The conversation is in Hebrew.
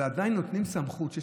אבל עדיין נותנים סמכות למנכ"ל,